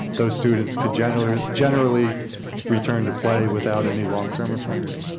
though students could generally generally return to play without any long-term effects.